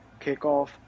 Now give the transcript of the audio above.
kickoff